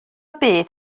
beth